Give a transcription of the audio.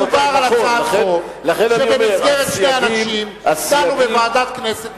מדובר בהצעת חוק שבמסגרת של שני אנשים דנו בה בוועדת כנסת,